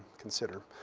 consider.